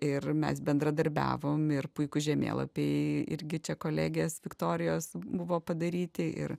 ir mes bendradarbiavom ir puikūs žemėlapiai irgi čia kolegės viktorijos buvo padaryti ir